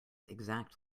exact